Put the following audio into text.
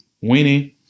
winning